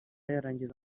yarangiza